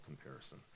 comparison